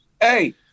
Hey